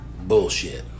bullshit